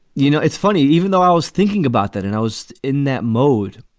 you know, it's funny, even though i was thinking about that and i was in that mode,